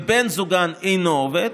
ובן הזוג אינו עובד,